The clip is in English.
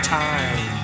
time